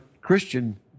Christian